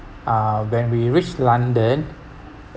uh when we reached london